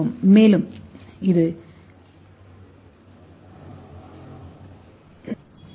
மேலும் இது 20000 ஆர்